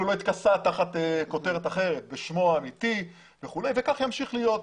לא התכסה תחת כותרת אחרת וכך ימשיך להיות.